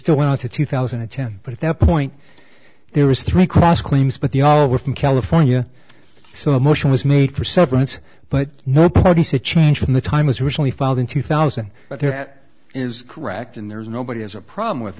still went out to two thousand and ten but at that point there was three cross claims but they all were from california so a motion was made for severance but nobody said change from the time was originally filed in two thousand but there that is correct and there's nobody has a problem with